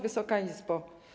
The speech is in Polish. Wysoka Izbo!